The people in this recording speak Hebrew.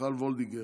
מיכל וולדיגר,